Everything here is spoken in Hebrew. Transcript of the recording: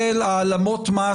של העלמות מס,